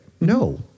no